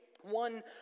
one